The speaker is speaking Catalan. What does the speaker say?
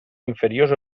inferiors